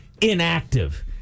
inactive